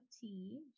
tea